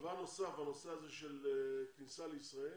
דבר נוסף, הנושא הזה של כניסה לישראל,